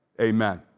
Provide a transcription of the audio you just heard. amen